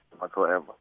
whatsoever